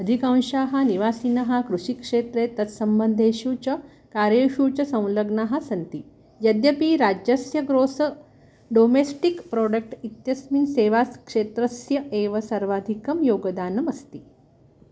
अधिकांशाः निवासिनः कृषिक्षेत्रे तत्सम्बन्धेषु च कार्येषु च संलग्नः सन्ति यद्यपि राज्यस्य ग्रोस् डोमेस्टिक् प्रोडक्ट् इत्यस्मिन् सेवा क्षेत्रस्य एव सर्वाधिकं योगदानम् अस्ति